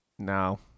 No